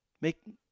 Make